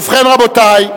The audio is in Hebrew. ובכן, רבותי,